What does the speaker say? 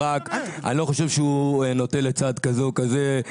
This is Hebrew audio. אני לא חושב שהוא נוטה לצד כזה או כזה,